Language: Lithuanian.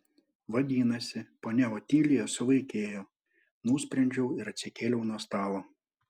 vadinasi ponia otilija suvaikėjo nusprendžiau ir atsikėliau nuo stalo